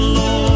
Lord